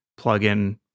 plugin